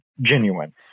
genuine